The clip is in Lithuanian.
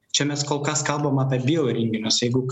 čia mes kol kas kalbam apie bioįrenginius jeigu